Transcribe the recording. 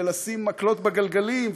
ולשים מקלות בגלגלים,